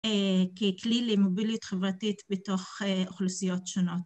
ככלי למוביליות חברתית בתוך אוכלוסיות שונות.